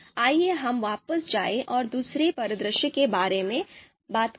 आइए हम वापस जाएं और दूसरे परिदृश्य के बारे में बात करें